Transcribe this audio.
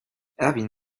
erwin